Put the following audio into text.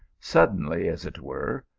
suddenly, as it were,